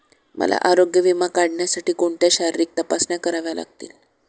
मला आरोग्य विमा काढण्यासाठी कोणत्या शारीरिक तपासण्या कराव्या लागतील?